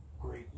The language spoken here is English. great